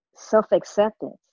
self-acceptance